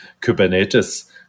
Kubernetes